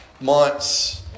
months